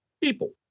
people